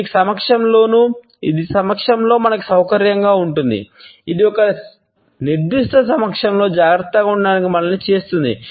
ఇది సమక్షంలో మనకు సౌకర్యంగా ఉంటుంది ఇది ఒక నిర్దిష్ట సమక్షంలో జాగ్రత్తగా ఉండటానికి మనల్ని చేస్తుంది